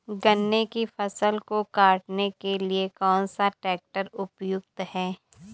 गन्ने की फसल को काटने के लिए कौन सा ट्रैक्टर उपयुक्त है?